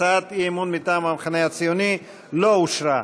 הצעת האי-אמון מטעם המחנה הציוני לא אושרה.